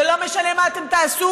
זה לא משנה מה אתם תעשו,